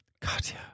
katya